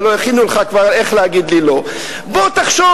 הלוא הכינו לך כבר איך להגיד לי "לא" בוא תחשוב.